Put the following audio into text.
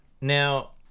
Now